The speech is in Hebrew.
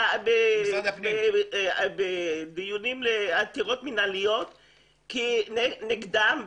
בדיונים לעתירות מינהליות נגדם.